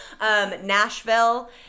Nashville